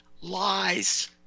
lies